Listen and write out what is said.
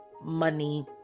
money